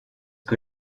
que